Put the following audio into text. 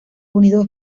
unidos